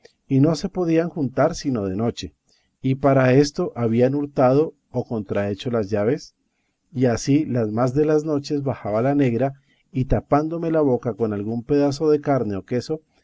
y no se podían juntar sino de noche y para esto habían hurtado o contrahecho las llaves y así las más de las noches bajaba la negra y tapándome la boca con algún pedazo de carne o queso